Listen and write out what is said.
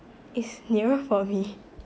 it's nearer for me